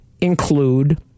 include